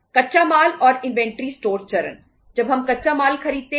कच्चा माल और इन्वेंट्री स्टोर पर होता है